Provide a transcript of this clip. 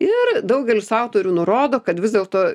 ir daugelis autorių nurodo kad vis dėlto